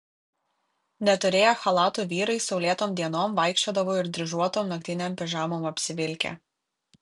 neturėję chalatų vyrai saulėtom dienom vaikščiodavo ir dryžuotom naktinėm pižamom apsivilkę